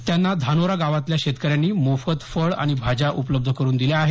त्यांना धानोरा गावातल्या शेतकऱ्यांनी मोफत फळ आणि भाज्या उपलब्ध करून दिल्या आहेत